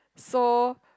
so